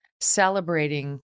celebrating